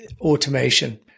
automation